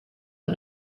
und